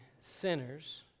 sinners